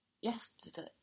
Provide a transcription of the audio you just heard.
yesterday